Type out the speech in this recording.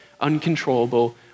Uncontrollable